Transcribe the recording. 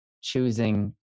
choosing